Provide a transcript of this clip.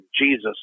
Jesus